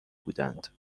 بودند